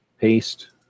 paste